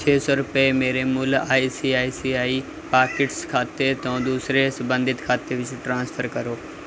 ਛੇ ਸੌ ਰੁਪਏ ਮੇਰੇ ਮੁੱਲ I C I C I pockets ਖਾਤੇ ਤੋਂ ਦੂਸਰੇ ਸੰਬੰਧਿਤ ਖਾਤੇ ਵਿੱਚ ਟ੍ਰਾਂਸਫਰ ਕਰੋ